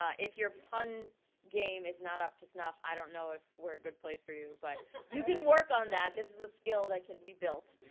ah if your pun game is not up to snuff, i don't know if we're a good place for you but you can work on that, this is a skill that can be built.